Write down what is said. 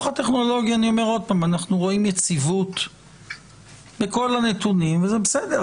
הטכנולוגי אנחנו רואים יציבות בכל הנתונים וזה בסדר,